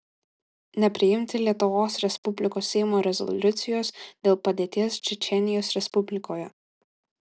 nepriimti lietuvos respublikos seimo rezoliucijos dėl padėties čečėnijos respublikoje